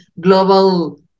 global